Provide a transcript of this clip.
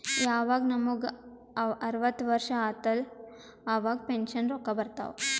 ಯವಾಗ್ ನಮುಗ ಅರ್ವತ್ ವರ್ಷ ಆತ್ತವ್ ಅವಾಗ್ ಪೆನ್ಷನ್ ರೊಕ್ಕಾ ಬರ್ತಾವ್